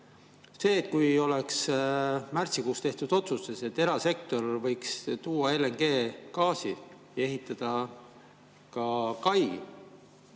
Kui ei oleks märtsikuus tehtud otsust, et erasektor võiks tuua LNG-d ja ehitada ka kai,